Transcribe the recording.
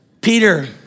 Peter